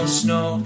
snow